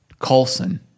Coulson